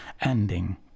ending